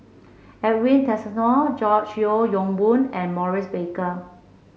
Edwin Tessensohn George Yeo Yong Boon and Maurice Baker